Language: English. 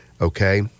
okay